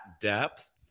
depth